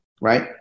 right